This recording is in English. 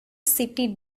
city